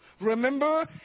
remember